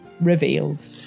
revealed